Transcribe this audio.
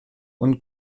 und